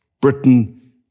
Britain